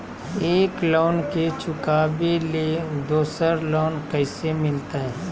एक लोन के चुकाबे ले दोसर लोन कैसे मिलते?